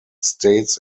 states